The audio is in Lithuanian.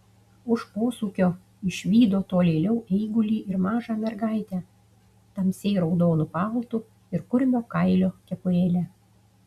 už posūkio išvydo tolėliau eigulį ir mažą mergaitę tamsiai raudonu paltu ir kurmio kailio kepurėle